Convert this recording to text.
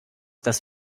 das